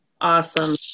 awesome